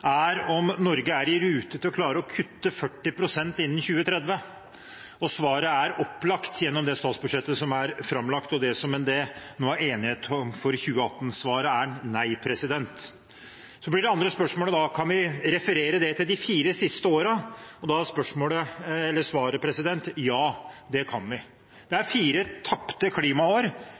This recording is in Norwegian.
er om Norge er i rute til å klare å kutte 40 pst. innen 2030. Svaret er opplagt gjennom det statsbudsjettet som er framlagt, og det som det nå er enighet om for 2018. Svaret er nei. Så blir det andre spørsmålet: Kan vi referere det til de fire siste årene? Da er svaret ja, det kan vi. Det er fire tapte klimaår